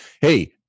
Hey